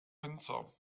winzer